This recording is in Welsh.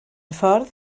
ffordd